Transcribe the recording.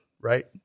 right